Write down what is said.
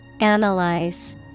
Analyze